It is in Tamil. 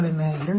26